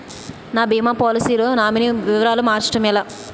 నా భీమా పోలసీ లో నామినీ వివరాలు మార్చటం ఎలా?